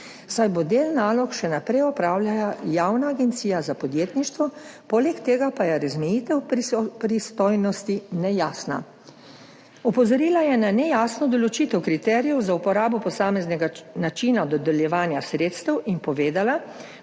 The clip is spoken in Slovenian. saj bo del nalog še naprej opravljala javna agencija za podjetništvo, poleg tega pa je razmejitev pristojnosti nejasna. Opozorila je na nejasno določitev kriterijev za uporabo posameznega načina dodeljevanja sredstev in povedala,